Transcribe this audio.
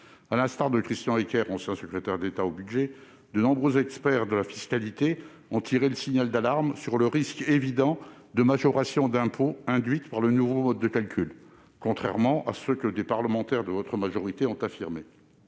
À l'instar de Christian Eckert, ancien secrétaire d'État au budget, de nombreux experts de la fiscalité ont tiré le signal d'alarme sur le risque évident de majoration d'impôt induite par le nouveau mode de calcul- risque bien réel, contrairement à ce que des parlementaires de votre majorité ont affirmé.